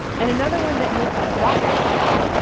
and another one that makes rocket fuel,